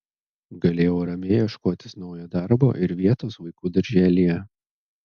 galėjau ramiai ieškotis naujo darbo ir vietos vaikų darželyje